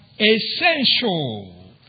essential